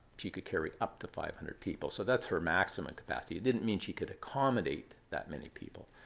she could carry up to five hundred people. so that's her maximum capacity. it didn't mean she could accommodate that many people.